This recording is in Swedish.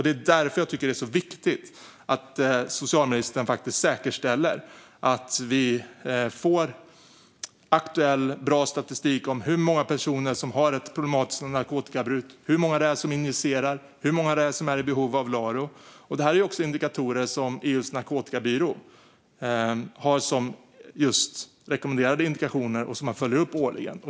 Det är därför jag tycker att det är så viktigt att socialministern säkerställer att vi får aktuell och bra statistik om hur många personer som har ett problematiskt narkotikabruk, hur många som injicerar och hur många som är i behov av LARO. Detta har EU:s narkotikabyrå som rekommenderade indikatorer, och man följer upp dem årligen.